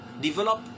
develop